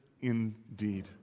indeed